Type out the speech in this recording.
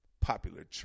popular